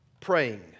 praying